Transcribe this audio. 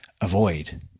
avoid